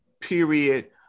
period